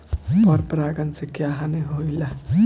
पर परागण से क्या हानि होईला?